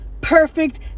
perfect